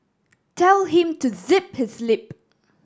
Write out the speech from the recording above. tell him to zip his lip